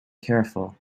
careful